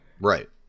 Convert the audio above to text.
Right